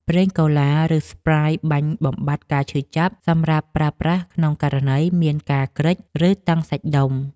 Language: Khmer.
ប្រេងកូឡា ឬស្ព្រាយបាញ់បំបាត់ការឈឺចាប់ សម្រាប់ប្រើប្រាស់ក្នុងករណីមានការគ្រេច ឬតឹងសាច់ដុំ។